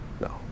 no